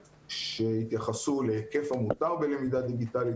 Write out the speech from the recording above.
שהתייחסו להיקף המותר בלמידה דיגיטלית,